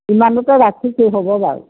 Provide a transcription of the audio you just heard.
ইমানতে ৰাখিছোঁ হ'ব বাৰু